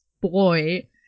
boy